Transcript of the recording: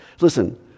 Listen